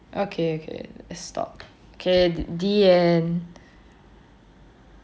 okay okay stop okay the end